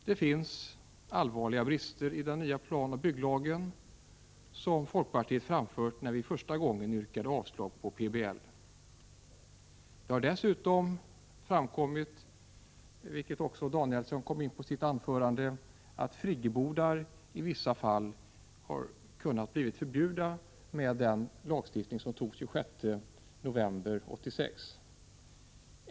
Det finns allvarliga brister i den nya planoch bygglagen, som folkpartiet framfört när vi första gången yrkade avslag på PBL. Det har dessutom därefter framkommit — vilket Bertil Danielsson kom in på i sitt anförande — att friggebodar i vissa fall har kunnat bli förbjudna enligt den lagstiftning som antogs den 26 november 1986.